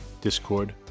discord